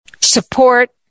Support